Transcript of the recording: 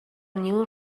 new